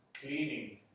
cleaning